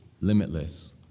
limitless